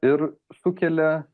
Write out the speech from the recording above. ir sukelia